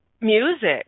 Music